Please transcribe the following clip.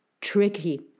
tricky